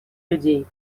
людей